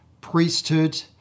priesthood